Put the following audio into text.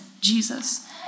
Jesus